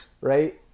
right